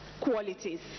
qualities